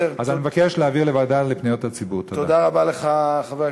הצעה זו לסדר-יומה של הכנסת.